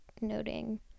noting